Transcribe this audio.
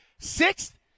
sixth